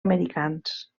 americans